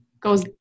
goes